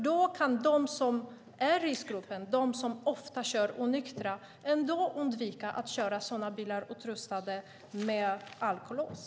Då kan de som hör till riskgruppen, som ofta kör onyktra, ändå undvika att köra bilar som är utrustade med alkolås.